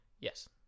Yes